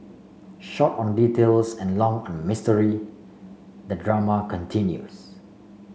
short on details and long on mystery the drama continues